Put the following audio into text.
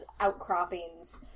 outcroppings